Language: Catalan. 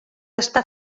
està